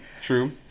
true